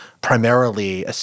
primarily –